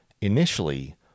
Initially